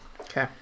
Okay